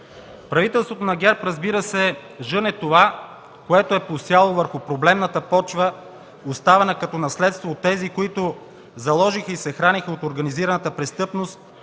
Правителството на ГЕРБ, разбира се, жъне това, което е посяло върху проблемната почва, оставена като наследство от тези, които заложиха и се хранеха от организираната престъпност,